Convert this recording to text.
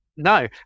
no